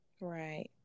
Right